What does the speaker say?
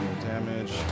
damage